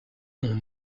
ont